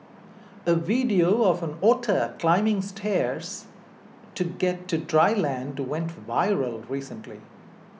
a video of an otter climbing stairs to get to dry land to went viral recently